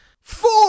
Four